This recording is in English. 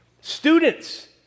Students